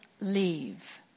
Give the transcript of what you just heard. leave